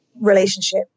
relationship